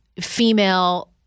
female